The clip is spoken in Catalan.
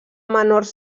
menors